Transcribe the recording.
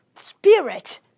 spirit